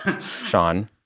Sean